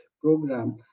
program